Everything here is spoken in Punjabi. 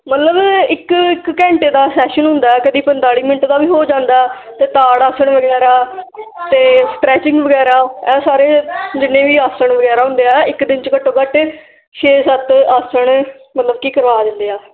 ਮਤਲਬ ਇੱਕ ਇੱਕ ਘੰਟੇ ਦਾ ਸੈਸ਼ਨ ਹੁੰਦਾ ਕਦੀ ਪੰਤਾਲੀ ਮਿੰਟ ਦਾ ਵੀ ਹੋ ਜਾਂਦਾ ਅਤੇ ਤਾੜ ਆਸਣ ਵਗੈਰਾ ਅਤੇ ਸਟਰੈਚਿੰਗ ਵਗੈਰਾ ਇਹ ਸਾਰੇ ਜਿੰਨੇ ਵੀ ਆਸਣ ਵਗੈਰਾ ਹੁੰਦੇ ਆ ਇੱਕ ਦਿਨ 'ਚ ਘੱਟੋ ਘੱਟ ਛੇ ਸੱਤ ਆਸਣ ਮਤਲਬ ਕਿ ਕਰਵਾ ਦਿੰਦੇ ਆ